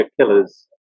killers